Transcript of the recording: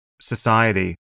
society